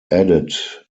added